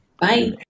Bye